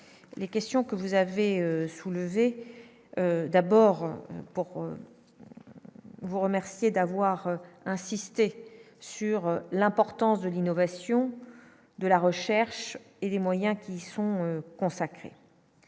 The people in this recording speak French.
les questions que vous avez soulevés, d'abord pour vous remercier d'avoir. Insisté sur l'importance de l'innovation, de la recherche et les moyens qui sont consacrés